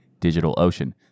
DigitalOcean